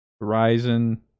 Horizon